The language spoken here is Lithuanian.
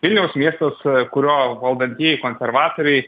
vilniaus miestas kurio valdantieji konservatoriai